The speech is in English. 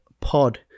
pod